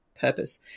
purpose